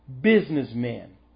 businessmen